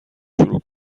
شروع